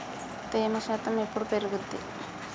తేమ శాతం ఎప్పుడు పెరుగుద్ది?